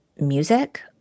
music